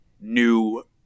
new